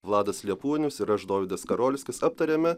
vladas liepuonius ir aš dovydas skarolskis aptariame